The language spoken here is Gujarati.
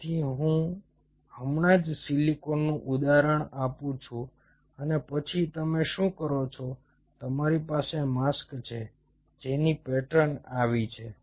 તેથી હું હમણાં જ સિલિકોનનું ઉદાહરણ આપું છું અને પછી તમે શું કરો છો તમારી પાસે માસ્ક છે જેની પેટર્ન આવી છે